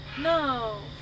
No